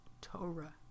Torah